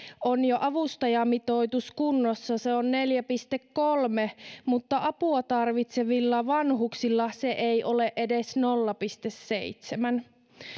on jo avustajamitoitus kunnossa se on neljä pilkku kolme mutta apua tarvitsevilla vanhuksilla se ei ole edes nolla pilkku seitsemän